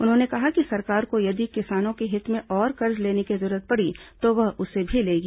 उन्होंने कहा कि सरकार को यदि किसानों के हित में और कर्ज लेने की जरूरत पड़ी तो वह उसे भी लेगी